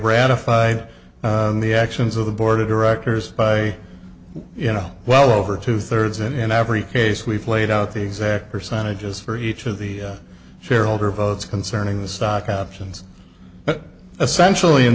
ratified the actions of the board of directors by you know well over two thirds in every case we've laid out the exact percentages for each of the shareholder votes concerning the stock options but essentially in